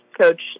Coach